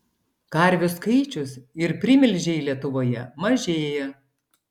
karvių skaičius ir primilžiai lietuvoje mažėja